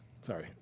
sorry